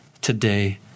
today